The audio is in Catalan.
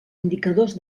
indicadors